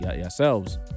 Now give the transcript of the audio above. yourselves